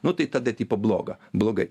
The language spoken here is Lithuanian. nu tai tada tipo bloga blogai